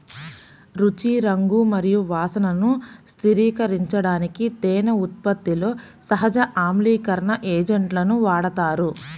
రుచి, రంగు మరియు వాసనను స్థిరీకరించడానికి తేనె ఉత్పత్తిలో సహజ ఆమ్లీకరణ ఏజెంట్లను వాడతారు